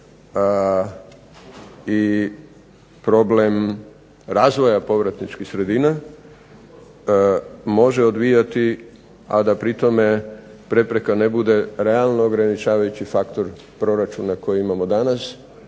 i problem razvoja povratničkih sredina može odvijati, a da pri tome prepreka ne bude realno ograničavajući faktor proračuna koji imamo danas